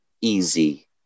easy